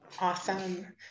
Awesome